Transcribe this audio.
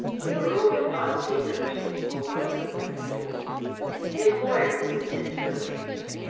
the earl would not see her, she was told by the footman at the door his lawyer would attend to her case.